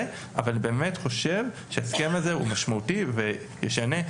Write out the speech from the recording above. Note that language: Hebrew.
אבל אני באמת חושב שההסכם הזה משמעותי וישנה.